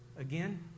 again